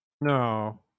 No